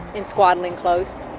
in swaddling clothes.